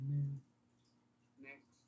Next